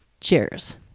Cheers